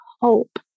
hope